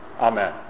Amen